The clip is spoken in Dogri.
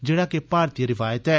जेह्ड़ा के भारतीय रिवायत ऐ